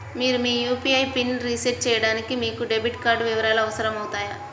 మీరు మీ యూ.పీ.ఐ పిన్ని రీసెట్ చేయడానికి మీకు డెబిట్ కార్డ్ వివరాలు అవసరమవుతాయి